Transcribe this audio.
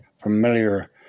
familiar